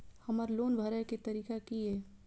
हमर लोन भरय के तारीख की ये?